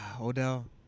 Odell